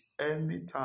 anytime